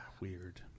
Weird